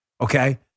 okay